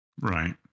Right